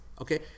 Okay